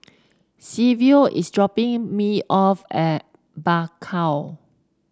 Silvio is dropping me off at Bakau